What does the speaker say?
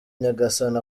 nyagasani